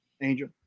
Angel